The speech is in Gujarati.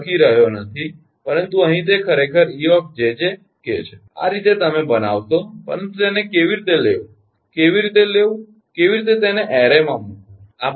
અહીં હું લખી રહ્યો નથી પરંતુ અહીં તે ખરેખર 𝑒𝑗𝑗 𝑘 છે આ રીતે તમે બનાવશો પરંતુ તેને કેવી રીતે લેવું કેવી રીતે લેવું કેવી રીતે તેને એરેમાં મૂકવું